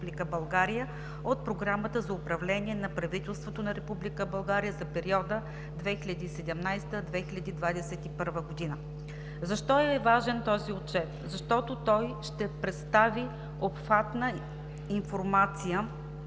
България от Програмата за управление на правителството на Република България за периода 2017 – 2021 г. Защо е важен този Отчет? Защото той ще представи обхватна информация